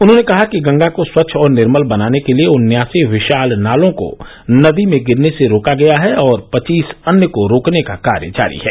उन्होंने कहा कि गंगा को स्वच्छ और निर्मल बनाने के लिए उन्यासी विशाल नालों को नदी में गिरने से रोका गया है और पच्चीस अन्य को रोकने का कार्य जारी है